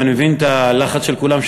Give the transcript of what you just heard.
ואני מבין את הלחץ של כולם,